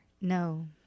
No